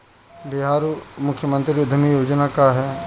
बिहार मुख्यमंत्री उद्यमी योजना का है?